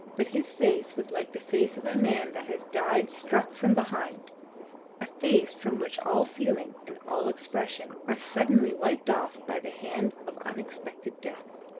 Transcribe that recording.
but his face was like the face of a man that has died struck from behind a face from which all feelings and all expression are suddenly wiped off by the hand of unexpected death.